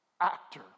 actor